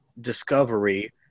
discovery